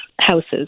houses